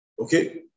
okay